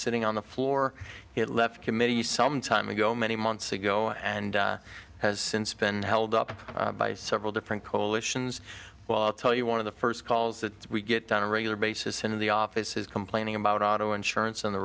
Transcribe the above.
sitting on the floor it left committee some time ago many months ago and has since been held up by several different coalitions well i'll tell you one of the first calls that we get on a regular basis in the office is complaining about auto insurance on the